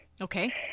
okay